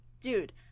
dude